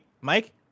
Mike